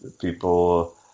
people